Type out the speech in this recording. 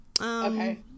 Okay